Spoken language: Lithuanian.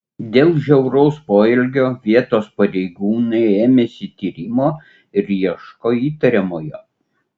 dėl žiauraus poelgio vietos pareigūnai ėmėsi tyrimo ir ieško įtariamojo